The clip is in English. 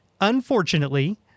Unfortunately